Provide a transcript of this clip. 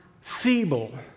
feeble